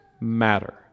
matter